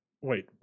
Wait